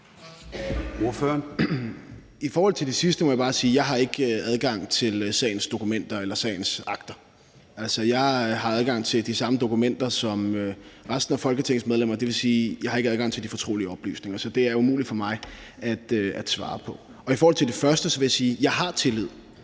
I forhold til det sidste må jeg bare sige, at jeg ikke har adgang til sagens dokumenter eller sagens akter. Jeg har adgang til de samme dokumenter som resten af Folketingets medlemmer. Det vil sige, at jeg ikke har adgang til de fortrolige oplysninger. Så det er umuligt for mig at svare på. I forhold til det første vil jeg sige, at jeg har tillid